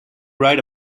write